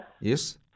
Yes